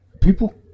People